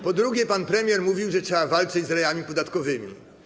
Po drugie, pan premier mówił, że trzeba walczyć z rajami podatkowymi.